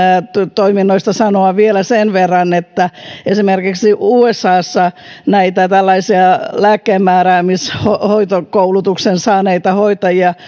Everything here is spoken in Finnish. toiminnoista sanoa vielä sen verran että esimerkiksi usassa näitä tällaisia lääkkeenmääräämishoitokoulutuksen saaneita hoitajia